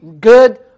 good